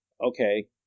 okay